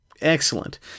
excellent